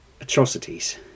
atrocities